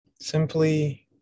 simply